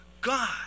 God